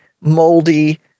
moldy